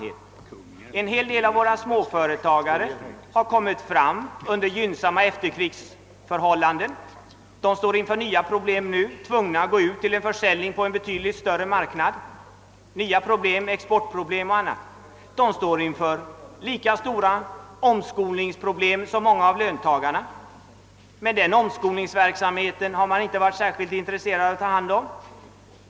En hel del av småföretagarna har etablerat sig under gynnsamma efterkrigsförhållanden. De ställes nu inför nya problem, då de är tvungna att bedriva försäljningen på en betydligt större marknad. De har exportproblem och de står inför lika stora omskolningsproblem som många av löntagarna, men den omskolningsverksamheten har man inte varit särskilt intresserad av att ta hand om.